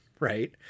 Right